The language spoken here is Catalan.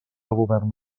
govern